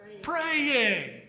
Praying